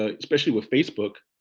ah especially with facebook,